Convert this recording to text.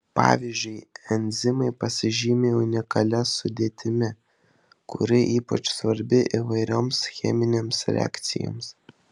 pavyzdžiui enzimai pasižymi unikalia sudėtimi kuri ypač svarbi įvairioms cheminėms reakcijoms